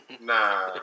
nah